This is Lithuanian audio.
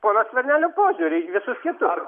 pono skvernelio požiūrį į visus kitus